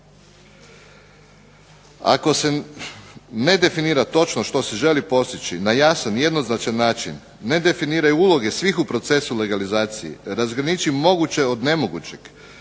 Ako se ne definira točno što se želi postići na jasan i jednoznačan način, ne definiraju uloge svih u procesu legalizacije, razgraniči moguće od nemogućeg,